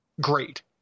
great